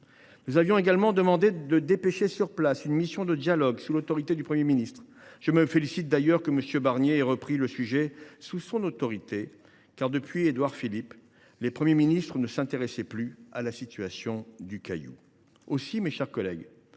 Nous appelions également à dépêcher sur place une mission de dialogue sous l’autorité du Premier ministre. Je me félicite du reste que M. Barnier ait repris le sujet sous son autorité, car, depuis Édouard Philippe, les Premiers ministres ne s’intéressaient plus à la situation du Caillou. Aussi, mes chers collègues,